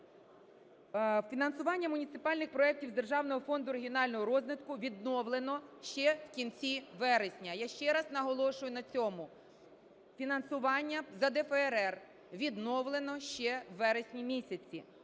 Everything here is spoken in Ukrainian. Фінансування муніципальних проектів з Державного фонду регіонального розвитку відновлено ще в кінці вересня. Я ще раз наголошую на цьому, фінансування за ДФРР відновлено ще в вересні-місяці.